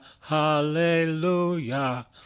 Hallelujah